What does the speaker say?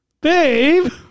Babe